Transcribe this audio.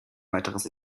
weiteres